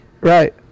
right